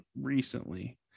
recently